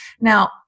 Now